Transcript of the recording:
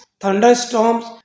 thunderstorms